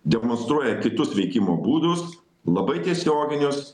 demonstruoja kitus veikimo būdus labai tiesioginius